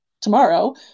tomorrow